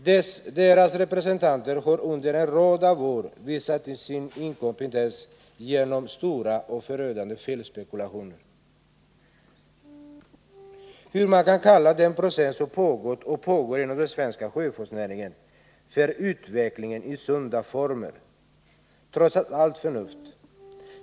Dessas representanter har under en rad av år visat sin inkompetens genom stora och förödande felspekulationer. Hur man kan kalla den process som pågått och pågår inom den svenska sjöfartsnäringen för ”utveckling i sunda former” trotsar allt förnuft.